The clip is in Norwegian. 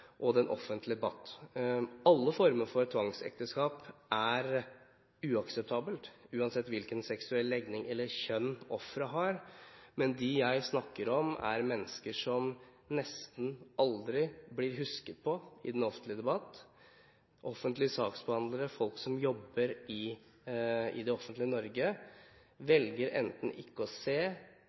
i den offentlige debatt. Alle former for tvangsekteskap er uakseptabelt, uansett hvilken seksuell legning eller kjønn offeret har, men de jeg snakker om, er mennesker som nesten aldri blir husket på i den offentlige debatt. Offentlige saksbehandlere og folk som jobber i det offentlige Norge, velger enten ikke å se